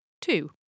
two